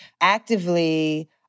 actively